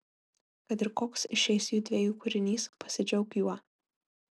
kad ir koks išeis judviejų kūrinys pasidžiauk juo